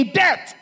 debt